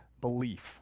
belief